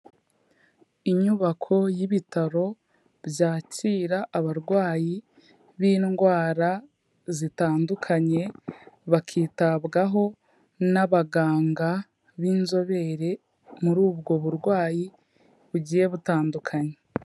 Inyubako y'ibitaro, byakira abarwayi b'indwara zitandukanye, bakitabwaho n'abaganga b'inzobere muri ubwo burwayi bugiye butandukanye.